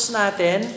natin